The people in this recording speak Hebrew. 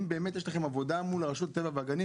אם באמת יש לכם עבודה מול רשות הטבע והגנים